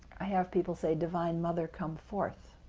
ah have people say, divine mother, come forth,